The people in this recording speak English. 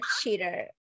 cheater